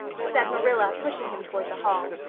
said marilla, pushing him toward the hall.